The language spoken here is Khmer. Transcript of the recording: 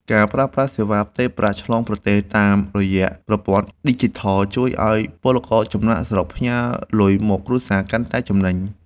ការប្រើប្រាស់សេវាផ្ទេរប្រាក់ឆ្លងប្រទេសតាមរយៈប្រព័ន្ធឌីជីថលជួយឱ្យពលករចំណាកស្រុកផ្ញើលុយមកគ្រួសារបានកាន់តែចំណេញ។